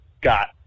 got